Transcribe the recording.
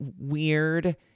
weird